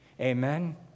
Amen